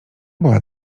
była